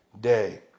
day